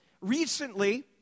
recently